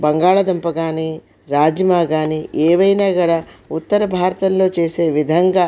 బంగాళదుంప కానీ రాజ్మా కానీ ఏమైనా కూడా ఉత్తర భారతంలో చేసే విధంగా